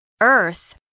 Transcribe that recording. Earth